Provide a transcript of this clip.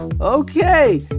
Okay